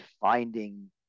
finding